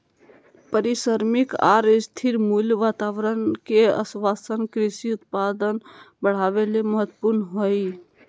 पारिश्रमिक आर स्थिर मूल्य वातावरण के आश्वाशन कृषि उत्पादन बढ़ावे ले महत्वपूर्ण हई